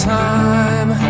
time